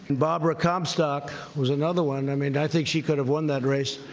and barbara comstock was another one. i mean, i think she could have won that race,